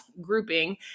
grouping